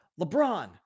LeBron